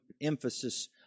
emphasis